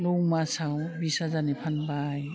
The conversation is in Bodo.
नौ मासाव बिस हाजारनि फानबाय